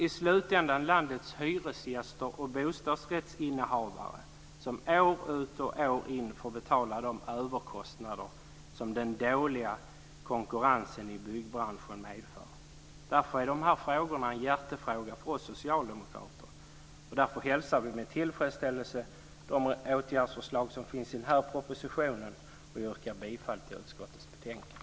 I slutändan är det landets hyresgäster och bostadsrättsinnehavare som år ut och år in får betala de överkostnader som den dåliga konkurrensen inom byggbranschen medför. Därför är de här frågorna hjärtefrågor för oss socialdemokrater och därför hälsar vi med tillfredsställelse de åtgärdsförslag som finns i propositionen. Jag yrkar bifall till hemställan i utskottets betänkande.